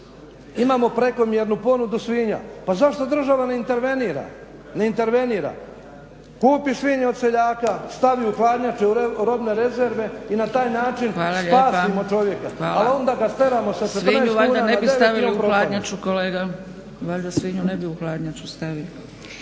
imamo prekomjernu ponudu svinja, pa zašto država ne intervenira? Kupi svinje od seljaka, stavi u hladnjače, robne rezerve i na taj način spasimo čovjeka. Ali onda ga… **Zgrebec, Dragica